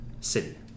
city